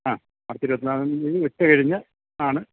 ആ അടുത്ത ഇരുപത്തി നാലാം തീയതി ഉച്ചകഴിഞ്ഞ് ആണ്